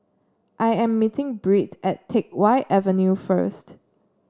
I am meeting Britt at Teck Whye Avenue first